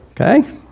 Okay